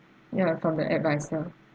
ya from the advisor